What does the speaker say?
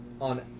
on